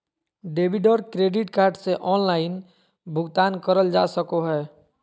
debit और credit card से online भुगतान करल जा सको हय